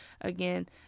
again